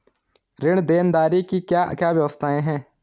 ऋण देनदारी की क्या क्या व्यवस्थाएँ हैं?